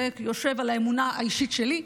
זה יושב על האמונה האישית שלי,